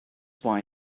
why